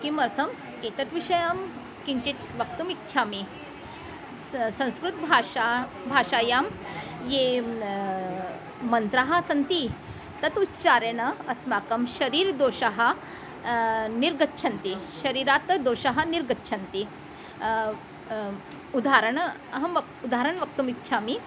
किमर्थम् एतद्विषयं किञ्चित् वक्तुम् इच्छामि सा संस्कृतभाषा भाषायां ये मन्त्राः सन्ति तत् उच्चारेण अस्माकं शरीरदोषाः निर्गच्छन्ति शरीरात् दोषाः निर्गच्छन्ति उधाहरणम् अहं वक्तुं उधाहरणं वक्तुम् इच्छामि